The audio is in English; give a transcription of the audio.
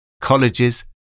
colleges